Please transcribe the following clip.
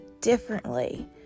differently